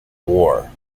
war